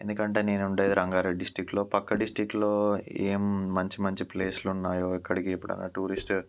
ఎందుకంటే నేను ఉండేది రంగారెడ్డి డిస్ట్రిక్ట్లో పక్క డిస్ట్రిక్ట్లో ఏం మంచి మంచి ప్లేస్లు ఉన్నాయో ఎక్కడికి ఎప్పుడైనా టూరిస్ట్